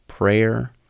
Prayer